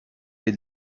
clés